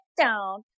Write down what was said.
down